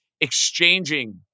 exchanging